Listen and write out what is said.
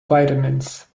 vitamins